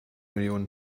millionen